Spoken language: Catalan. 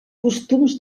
costums